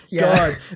God